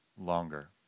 longer